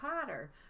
Potter